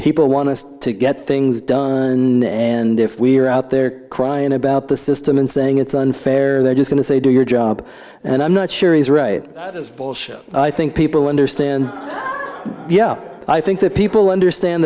people want us to get things done and if we're out there crying about the system and saying it's unfair they're just going to say do your job and i'm not sure he's right that is bullshit i think people understand yeah i think that people understand